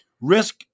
risk